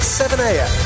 7am